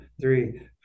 three